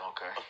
Okay